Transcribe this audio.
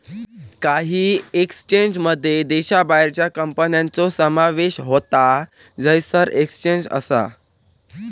काही एक्सचेंजमध्ये देशाबाहेरच्या कंपन्यांचो समावेश होता जयसर एक्सचेंज असा